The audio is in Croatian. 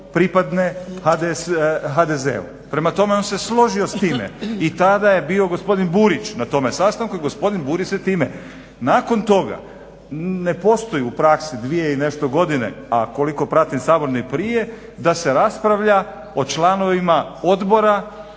pripadne HDZ-u. Prema tome, on se složio s time i tada je bio gospodin Burić na tome sastanku i gospodin Burić se time. Nakon toga, ne postoji u praksi dvije i nešto godine, a koliko pratim Sabor ni prije, da se raspravlja o članovima odbora,